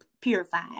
purified